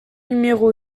numéro